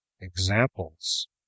Examples